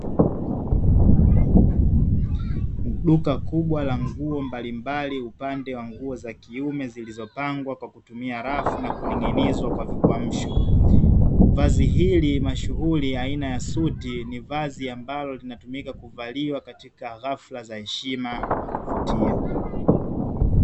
Duka kubwa la nguo mbalimbali upande wa nguo za kiume zilizopangwa kwa kutumia rafu na kuning'inizwa kwa vikwamsho. Vazi hili mashuhuri aina ya suti, ni vazi ambalo linatumika kuvaliwa katika hafla za heshima na kuvutia.